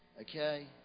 okay